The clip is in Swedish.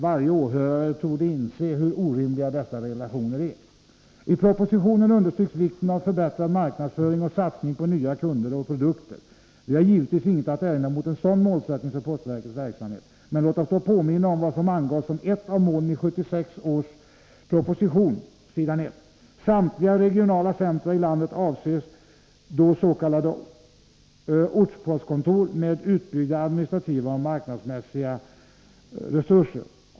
Varje åhörare torde inse hur orimliga dessa relationer är. I propositionen understryks vikten av förbättrad marknadsföring och satsning på nya kunder och produkter. Vi har givetvis inget att erinra mot en sådan målsättning för postverkets verksamhet. Låt oss emellertid påminna om vad som angavs som ett av målen i 1976 års proposition, s. 1: ”Samtliga regionala centra i landet avses få s.k. ortpostkontor med utbyggda administrativa och marknadsmässiga resurser.